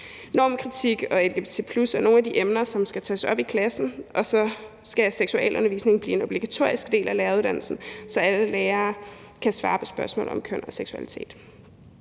Normkritik og lgbt+ er nogle af de emner, som skal tages op i klassen, og så skal seksualundervisningen blive en obligatorisk del af læreruddannelsen, så alle lærere kan svare på spørgsmål om køn og seksualitet.